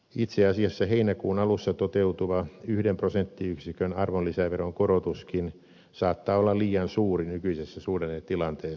itse asiassa heinäkuun alussa toteutuva yhden prosenttiyksikön arvonlisäveron korotuskin saattaa olla liian suuri nykyisessä suhdannetilanteessa